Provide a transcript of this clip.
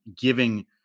giving